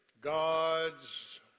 God's